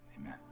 amen